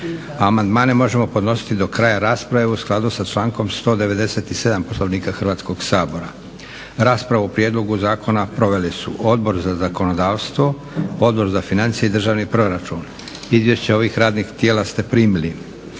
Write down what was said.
Amandmane možemo podnositi do kraja rasprave u skladu sa člankom 197. Poslovnika Hrvatskoga sabora. Raspravu o prijedlogu zakona proveli su Odbor za zakonodavstvo, Odbor za financije i državni proračun. Izvješća ovih radnih tijela ste primili.